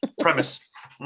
premise